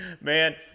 Man